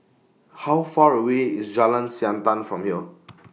How Far away IS Jalan Siantan from here